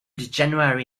january